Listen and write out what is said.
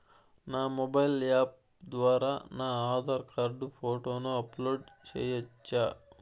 నా mobile app ద్వారా నా ఆధార్ కార్డు ఫోటోను అప్లోడ్ సేయొచ్చా?